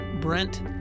Brent